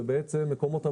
זה בעצם מקומות עבודה.